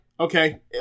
Okay